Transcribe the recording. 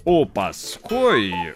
o paskui